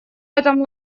этом